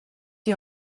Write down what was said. die